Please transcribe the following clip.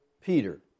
Peter